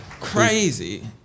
crazy